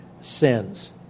Sins